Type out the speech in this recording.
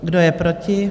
Kdo je proti?